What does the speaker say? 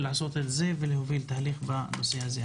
לעשות את זה ולהוביל תהליך בנושא הזה.